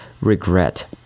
regret